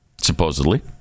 supposedly